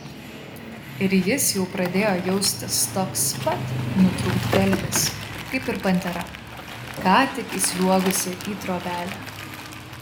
ir jis jau pradėjo jaustis toks pat nutrūktgalvis kaip ir pantera ką tik įsliuogusi į trobelę